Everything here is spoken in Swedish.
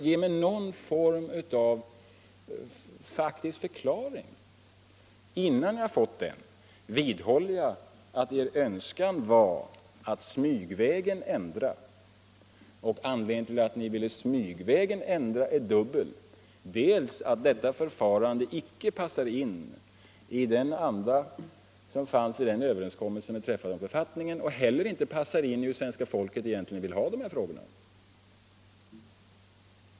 Ge mig någon form av faktisk förklaring — innan jag har fått den vidhåller jag att er önskan var att smygvägen ändra, och anledningen till att ni ville smygvägen ändra är dubbel: dels att detta förfarande icke passar ihop med andan i överenskommelsen om författningen, dels att det inte stämmer med hur svenska folket vill ha det i de här frågorna.